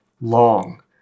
long